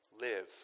Live